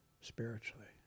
spiritually